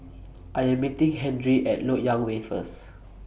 I Am meeting Henry At Lok Yang Way First